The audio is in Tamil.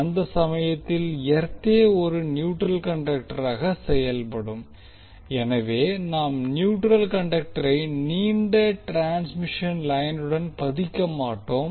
அந்த சமயத்தில் எர்த்தே ஒரு நியூட்ரல் கண்டக்டராக செயல்படும் எனவே நாம் நியூட்ரல் கண்டக்டரை நீண்ட டிரான்ஸ்மிஷன் லைனுடன் பதிக்க மாட்டோம்